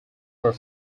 were